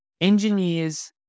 engineers